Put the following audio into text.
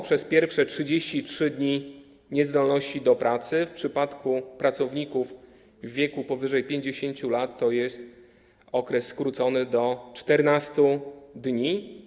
Przez pierwsze 33 dni niezdolności do pracy w przypadku pracowników w wieku powyżej 50 lat to jest okres skrócony do 14 dni.